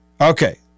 Okay